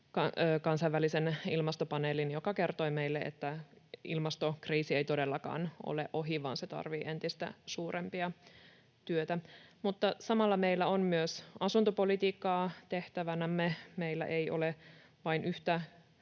kansainvälisen ilmastopaneelin raportin, joka kertoi meille, että ilmastokriisi ei todellakaan ole ohi vaan se tarvitsee entistä suurempaa työtä. Mutta samalla meillä on myös asuntopolitiikkaa tehtävänämme. Meillä ei ole vain yhtä